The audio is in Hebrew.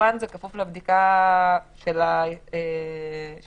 כמובן זה בכפוף לבדיקה של האפשרויות.